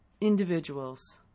individuals